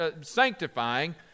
sanctifying